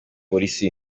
polisi